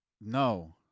No